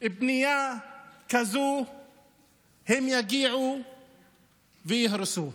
בנייה כזאת הם יגיעו ויהרסו.